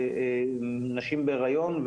נשים בהיריון.